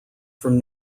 from